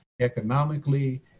economically